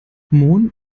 mohn